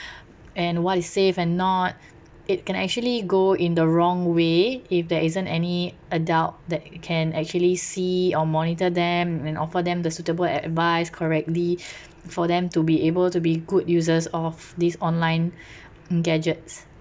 and what is safe and not it can actually go in the wrong way if there isn't any adult that can actually see or monitor them and offer them the suitable advise correctly for them to be able to be good users of this online gadgets